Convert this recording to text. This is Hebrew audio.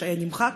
שהיה נמחק